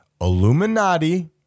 Illuminati